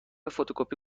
فتوکپی